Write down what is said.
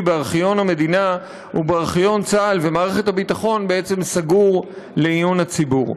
בארכיון המדינה ובארכיון צה"ל ומערכת הביטחון בעצם סגור לעיון הציבור.